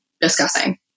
discussing